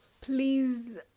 please